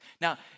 Now